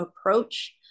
approach